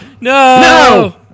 no